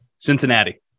Cincinnati